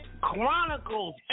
Chronicles